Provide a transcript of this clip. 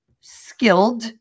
skilled